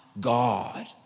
God